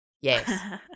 Yes